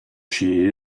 she